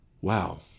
Wow